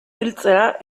biltzera